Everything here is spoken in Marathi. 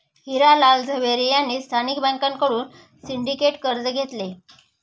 हिरा लाल झवेरी यांनी स्थानिक बँकांकडून सिंडिकेट कर्ज घेतले